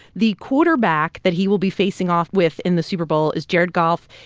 the quarterback that he will be facing off with in the super bowl is jared goff.